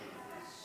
בעד,